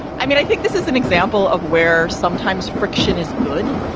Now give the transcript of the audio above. i mean, i think this is an example of where sometimes friction is good.